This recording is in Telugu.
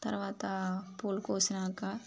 తర్వాత పూలు కోసినాంక